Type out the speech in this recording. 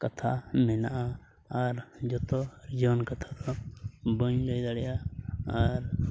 ᱠᱟᱛᱷᱟ ᱢᱮᱱᱟᱜᱼᱟ ᱟᱨ ᱡᱚᱛᱚ ᱡᱚᱱ ᱠᱟᱛᱷᱟ ᱫᱚ ᱵᱟᱹᱧ ᱞᱟᱹᱭ ᱫᱟᱲᱮᱭᱟᱜᱼᱟᱨ